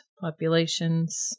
populations